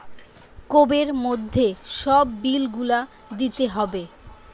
কোবের মধ্যে সব বিল গুলা দিতে হবে